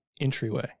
entryway